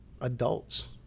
adults